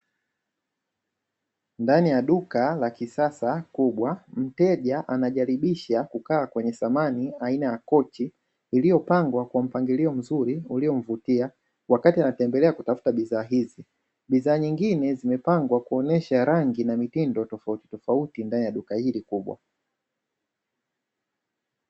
Ndani ya duka la kisasa kubwa, mteja anajaribisha kukaa kwenye samani aina ya kochi iliyopangwa kwa mpangilio mzuri uliomvutia wakati anatembelea kutafuta bidhaa hizi. Bidhaa nyingine zimepangwa kuonyesha rangi na mitindo tofauti tofauti ndani ya duka hili.